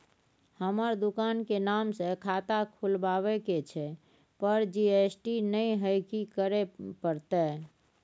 हमर दुकान के नाम से खाता खुलवाबै के छै पर जी.एस.टी नय हय कि करे परतै?